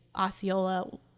Osceola